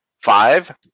Five